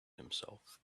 himself